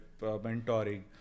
mentoring